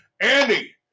Andy